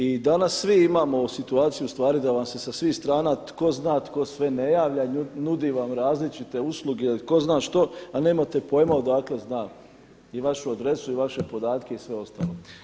I danas svi imamo situaciju ustvari da vam se sa svih strana tko zna tko sve ne javlja, nudi vam različite usluge ili tko zna što, a nemate pojma odakle zna i vašu adresu i vaše podatke i sve ostalo.